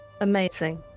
Amazing